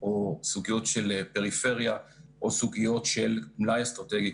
סוגיות של פריפריה או סוגיות של מלאי אסטרטגי,